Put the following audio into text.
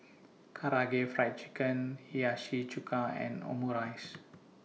Karaage Fried Chicken Hiyashi Chuka and Omurice